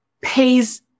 pays